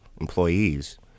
employees